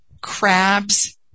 crabs